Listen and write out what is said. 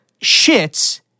shits